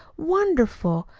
wonderful!